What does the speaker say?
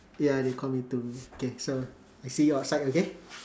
ya they call me too okay so I see you outside okay